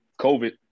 COVID